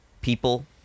people